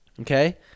Okay